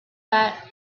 that